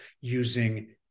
using